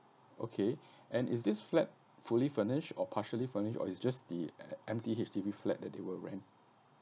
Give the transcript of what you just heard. okay and is this flat fully furnished or partially furnished or is just the em~ empty H_D_B flat that they will rent